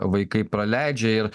vaikai praleidžia ir